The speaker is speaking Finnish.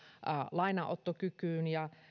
lainanottokykyyn ja